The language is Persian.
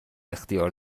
اختیار